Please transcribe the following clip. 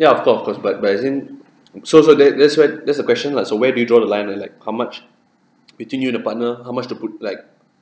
ya of course of course but but as in so so that that's where that's the question lah so where do you draw the line or like how much between you and the partner how much to put like